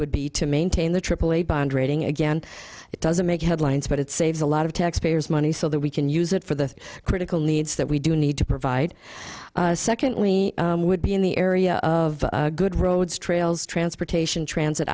would be to maintain the aaa bond rating again it doesn't make headlines but it saves a lot of taxpayers money so that we can use it for the critical needs that we do need to provide a second we would be in the area of good roads trails transportation transit